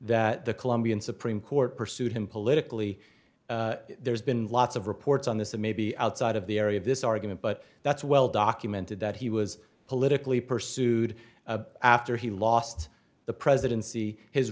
that the colombian supreme court pursued him politically there's been lots of reports on this that maybe outside of the area of this argument but that's well documented that he was politically pursued after he lost the presidency his